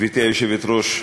גברתי היושבת-ראש,